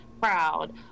proud